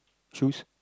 choose